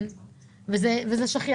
זה שכיח.